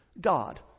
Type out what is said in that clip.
God